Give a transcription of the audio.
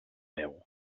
veu